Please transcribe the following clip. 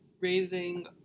raising